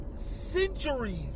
centuries